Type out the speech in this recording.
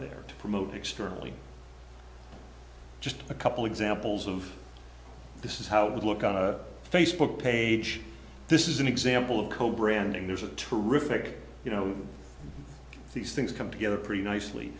there to promote externally just a couple examples of this is how it would look on a facebook page this is an example of cold branding there's a terrific you know these things come together pretty nicely